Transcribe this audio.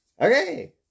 okay